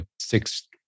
six